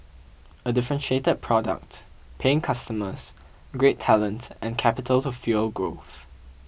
a differentiated product paying customers great talent and capital to fuel growth